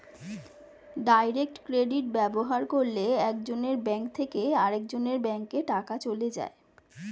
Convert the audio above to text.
direct credit ব্যবহার করলে একজনের ব্যাঙ্ক থেকে আরেকজনের ব্যাঙ্কে টাকা চলে যায়